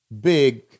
big